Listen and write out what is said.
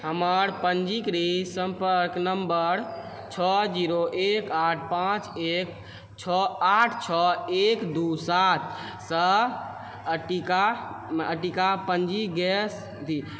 हमर पञ्जीकृत संपर्क नम्बर छओ जीरो एक आठ पांँच एक छओ आठ छओ एक दू सात सँ अट्टिका अट्टिका पञ्जी गैस अथी